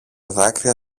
δάκρυα